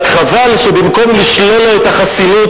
רק חבל שבמקום לשלול לו את החסינות,